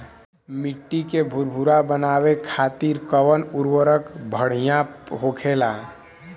मिट्टी के भूरभूरा बनावे खातिर कवन उर्वरक भड़िया होखेला?